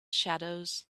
shadows